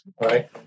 right